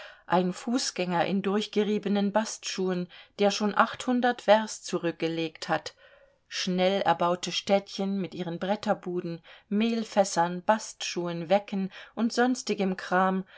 ein fußgänger in durchgeriebenen bastschuhen der schon achthundert werst zurückgelegt hat schnell erbaute städtchen mit ihren bretterbuden mehlfässern bastschuhen wecken und sonstigem kram